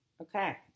Okay